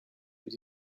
but